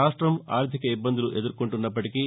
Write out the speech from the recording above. రాష్టం ఆర్థిక ఇబ్బందులు ఎదుర్కొంటున్నప్పటికీ